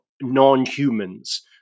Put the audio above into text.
non-humans